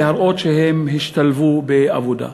להראות שהם השתלבו בעבודה.